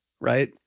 right